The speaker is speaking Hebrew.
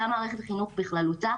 גם מערכת החינוך בכללותה,